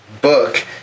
book